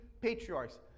patriarchs